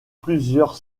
plusieurs